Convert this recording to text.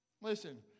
Listen